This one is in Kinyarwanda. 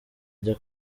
ajya